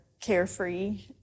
carefree